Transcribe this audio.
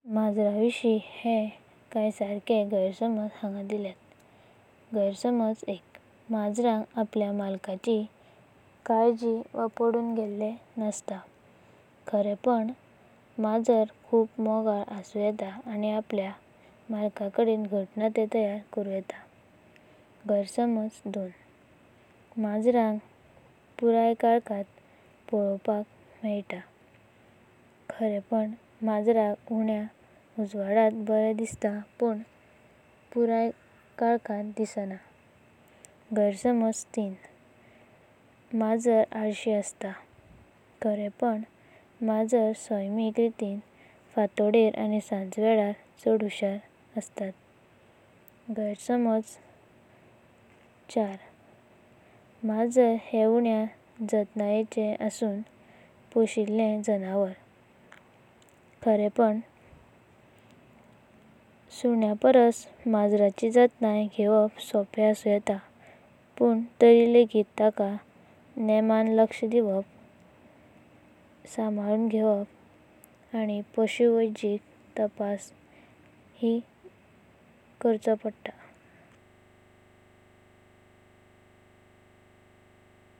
मजाऱांकविषयी हे काय सर्केँ गारसमज हांगा दिल्याता। गारसमज मजाऱंका आपल्या मालिकाची काळजी वा पडून घेलें नस्त। खरेपण मजरा खूब मोगला आसु येता आनी आपल्या मालिकाकाडेना घट्ट नातें तयार करु येता। गारसमज मजऱांका पुरया कालखंडा पळोवंका मेलता। खरेपण मजऱांका उन्या उजवाडांत बरेम् दिसता, पुण पुरया कालखंडांत दिसणा। गारसमज मजरा आलशी असतात। खरेपण मजरा सैमिका रितीन फांटोदर आनी संजवेलार छड हुशार असतात। गारसमज मजरा हे उन्या जाताण्येचि असूनां, फोशिलें जानावार। खरेपण सुंञांपर्सा मजऱाची जाताण्यता घेवपां सोंपेँ आसु येता। पुण तरी लेगीता तंकां नेमाना लक्ष दिवपां, संभाळून घेवपां आनी पशुवैजकी तपासा ही कराचो पडत।